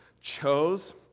chose